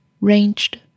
ranged